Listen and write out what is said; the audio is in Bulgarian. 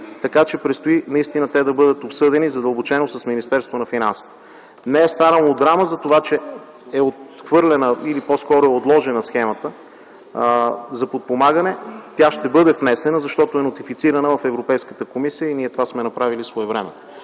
така че предстои те да бъдат обсъдени задълбочено с Министерството на финансите. Не е станало драма, затова че е отхвърлена или по-скоро е отложена схемата за подпомагане. Тя ще бъде внесена, защото е нотифицирана в Европейската комисия, и ние това сме направили своевременно.